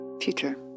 future